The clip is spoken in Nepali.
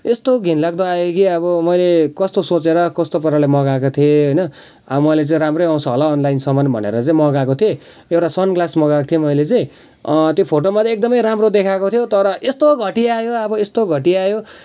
यस्तो घिनलाग्दो आयो कि अब मैले कस्तो सोचेर कोस्तो पाराले मगाएको थिएँ होइन अब मेले चाहिँ राम्रै आउँछ होला अन्लाइन सामान भनेर चाहिँ मगाएको थिएँ एउटा सन ग्लास मगाएको थिएँ मैले चाहिँ त्यो फोटोमा चाहिँ एकदमै राम्रो देखाएको थियो तर यस्तो घटिया आयो अब यस्तो घटिया आयो